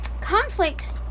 Conflict